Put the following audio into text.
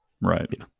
Right